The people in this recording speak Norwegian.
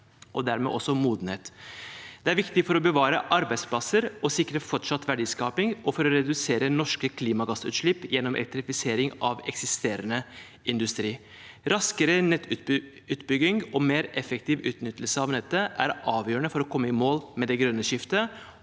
og dermed også modenhet. Det er viktig for å bevare arbeidsplasser og sikre fortsatt verdiskaping og for å redusere norske klimagassutslipp gjennom elektrifisering av eksisterende industri. Raskere nettutbygging og mer effektiv utnyttelse av nettet er avgjørende for å komme i mål med det grønne skiftet